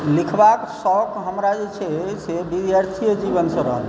लिखबाक शौक़ हमरा जे छै से विद्यार्थीए जीवनसे रहलै